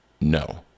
no